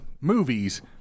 movies